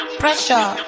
pressure